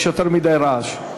יש יותר מדי רעש.